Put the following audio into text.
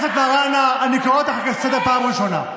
אני קורא אותך לסדר פעם ראשונה.